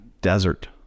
desert